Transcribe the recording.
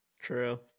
True